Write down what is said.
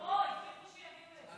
הבטיחו שיביאו את זה.